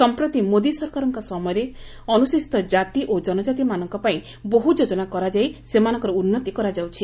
ସଂପ୍ରତି ମୋଦି ସରକାରଙ୍କ ସମୟରେ ଅନୁସୂଚିତ ଜାତି ଓ ଜନଜାତିମାନଙ୍କ ପାଇଁ ବହୁ ଯୋଜନା କରାଯାଇ ସେମାନଙ୍କର ଉନ୍ତି କରାଯାଉଛି